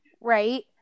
right